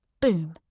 Boom